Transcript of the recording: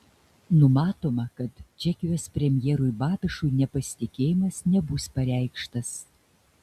numatoma kad čekijos premjerui babišui nepasitikėjimas nebus pareikštas